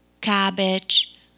cabbage